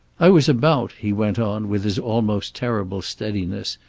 i was about, he went on, with his almost terrible steadiness,